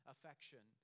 Affection